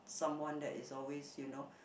someone that is always you know